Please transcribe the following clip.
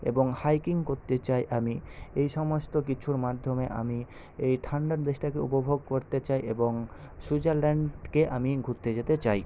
এবং হাইকিং করতে চাই আমি এই সমস্ত কিছুর মাধ্যমে আমি এই ঠাণ্ডা দেশটাকে উপভোগ করতে চাই এবং সুইজারল্যান্ডকে আমি ঘুরতে যেতে চাই